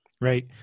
Right